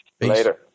Later